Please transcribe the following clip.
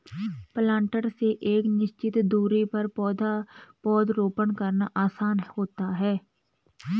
planter से एक निश्चित दुरी पर पौधरोपण करना आसान होता है